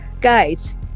guys